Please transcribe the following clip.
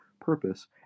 purpose